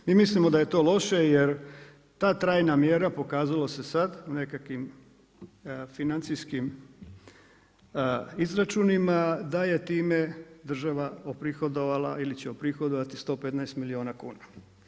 Mi mislimo da je to loše jer ta trajna mjera pokazalo se sada u nekakvim financijskim izračunima da je time država uprihodovala ili će uprihodovati 115 milijuna kuna.